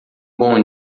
bom